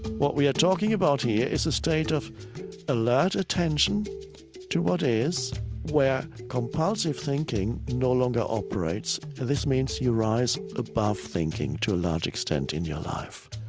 what we are talking about here is a state of alert attention to what is where compulsive thinking no longer operates. this means you rise above thinking to a large extent in your life.